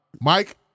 Mike